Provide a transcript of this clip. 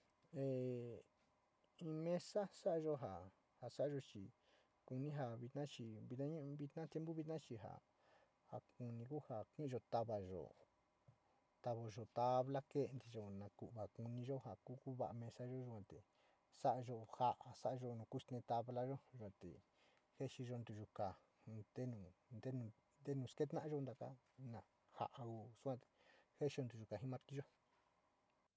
E in mesa sa´ayo ja sa´ayo chi kuní ja vina chi, vita ñuní chi tiempu chi ja ja kuni ja savayo, tavayo tabla kentiyo na ku´uva kuni yo ja ku uva msa yo te, soo ya joo, sarayo ku xiste tabla yua te jesuyo ntayokaa, ntenu, ntenu, ntenu skata´ayo t na sa´a jeseyo ntuyokaa ji martilo.